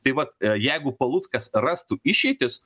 tai vat jeigu paluckas rastų išeitis